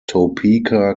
topeka